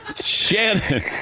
Shannon